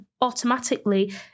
automatically